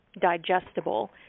digestible